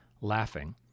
laughing